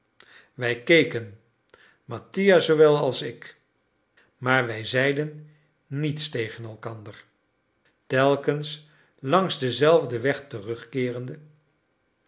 wij keken mattia zoowel als ik maar wij zeiden niets tegen elkander telkens langs denzelfden weg terugkeerende